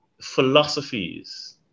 philosophies